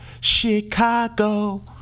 Chicago